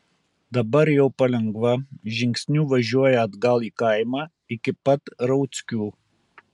dabar jau palengva žingsniu važiuoja atgal į kaimą iki pat rauckių